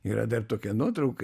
yra dar tokia nuotraukai